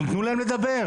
תנו להם לדבר.